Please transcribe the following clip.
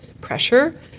pressure